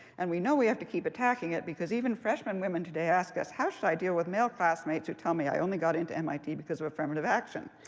and we know we have to keep attacking it, because even freshmen women today ask us how should i deal with male classmates who tell me i only got into mit because of affirmative action?